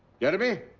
jeremy?